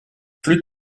plus